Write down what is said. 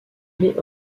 mais